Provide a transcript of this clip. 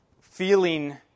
feeling